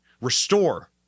restore